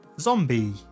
zombie